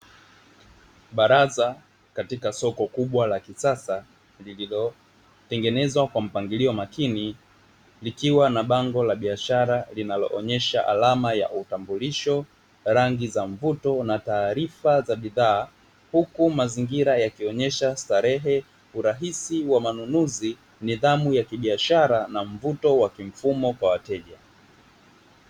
Baraza katika soko kubwa la kisasa lililo tengenezwa kwa mpangilio makini likiwa na bango la biashara linalo onyesha alama ya utambulisho, rangi za mvuto na taarifa za bidhaa huku mazingira yakionyesha starehe urahisi wa manunuzi, nidhamu ya kibiashara na mvuto wa kimfumo kwa wateja.